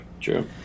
true